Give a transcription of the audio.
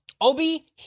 Obi